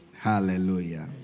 Hallelujah